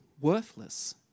worthless